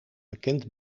bekend